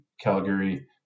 Calgary